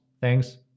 thanks